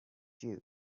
too